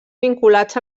vinculats